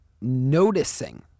noticing